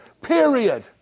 Period